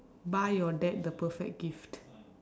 buy your dad the perfect gift